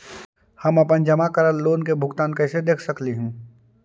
हम अपन जमा करल लोन के भुगतान कैसे देख सकली हे?